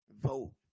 Vote